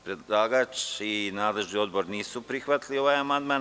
Predlagač i nadležni odbor nisu prihvatili ovaj amandman.